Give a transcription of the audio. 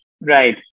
Right